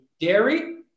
dairy